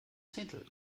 zehntel